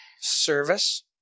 service